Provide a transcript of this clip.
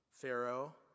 Pharaoh